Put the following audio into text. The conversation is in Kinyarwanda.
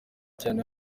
cyane